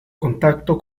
contacto